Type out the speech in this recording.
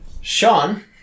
Sean